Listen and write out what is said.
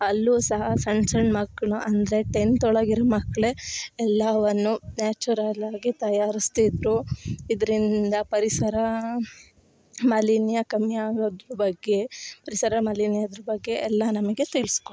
ಅಲ್ಲೂ ಸಹ ಸಣ್ಣ ಸಣ್ಣ ಮಕ್ಕಳು ಅಂದರೆ ಟೆಂತ್ ಒಳಗೆ ಇರೋ ಮಕ್ಕಳೆ ಎಲ್ಲವನ್ನು ನ್ಯಾಚುರಲ್ ಆಗಿ ತಯಾರಿಸ್ತಿದ್ರು ಇದ್ರಿಂದ ಪರಿಸರ ಮಾಲಿನ್ಯ ಕಮ್ಮಿ ಆಗೋದ್ರ ಬಗ್ಗೆ ಪರಿಸರ ಮಾಲಿನ್ಯ ಅದ್ರ ಬಗ್ಗೆ ಎಲ್ಲ ನಮಗೆ ತಿಳಿಸ್ಕೊಟ್ರು